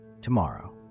tomorrow